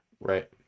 Right